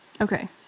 Okay